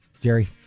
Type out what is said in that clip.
Jerry